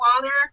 water